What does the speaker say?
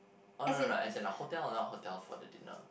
oh no right as in a hotel or not hotel for the dinner